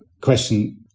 question